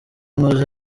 nkoze